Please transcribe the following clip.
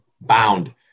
bound